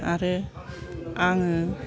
आरो आङो